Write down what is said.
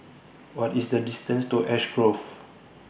What IS The distance to Ash Grove